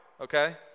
okay